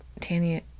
tanya